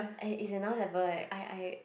and is another level leh I I